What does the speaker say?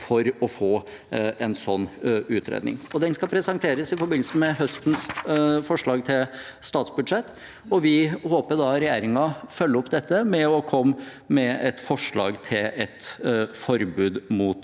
for å få en sånn utredning. Den skal presenteres i forbindelse med høstens forslag til statsbudsjett, og vi håper regjeringen følger opp dette ved å komme med et forslag til et forbud mot